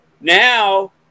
now –